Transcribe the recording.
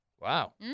Wow